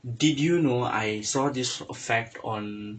did you know I saw this fact on